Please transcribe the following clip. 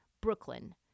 Brooklyn